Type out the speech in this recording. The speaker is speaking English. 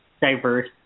diverse